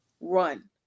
run